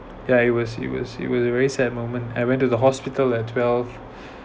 yeah it was it was it was very sad moment I went to the hospital at twelve